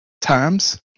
times